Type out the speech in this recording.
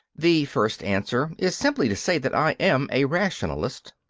the first answer is simply to say that i am a rationalist.